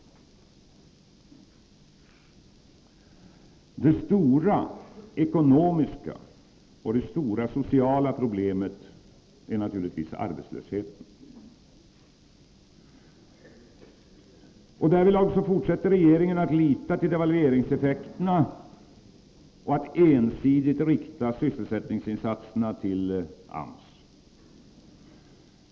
Det stora ekonomiska och sociala problemet är naturligtvis arbetslösheten. Regeringen fortsätter därvidlag att lita till devalveringseffekterna och att ensidigt rikta sysselsättningsinsatserna till AMS.